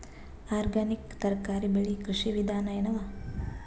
Organic ತರಕಾರಿ ಬೆಳಿ ಕೃಷಿ ವಿಧಾನ ಎನವ?